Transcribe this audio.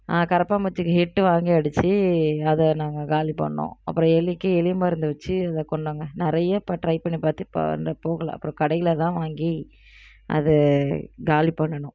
கரப்பான்பூச்சிக்கு Hit வாங்கி அடித்து அதை நாங்கள் காலி பண்ணோம் அப்புறம் எலிக்கு எலி மருந்து வச்சு அதை கொன்றோம்ங்க நிறைய இப்போ ட்ரை பண்ணி பார்த்து இப்போ போகல அப்புறம் கடையில் தான் வாங்கி அது காலி பண்ணுனோம்